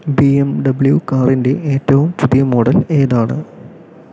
B M W കാറിൻ്റെ ഏറ്റവും പുതിയ മോഡൽ ഏതാണ്